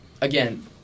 again